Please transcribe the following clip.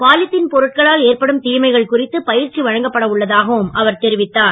polythene பொருட்களால் ஏற்படும் திமைகள் குறித்து பயிற்சி வழங்கப்பட உள்ளதாகவும் அவர் தெரிவித்தார்